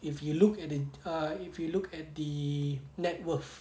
if you look at the ah if you look at the net worth